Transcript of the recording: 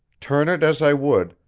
turn it as i would,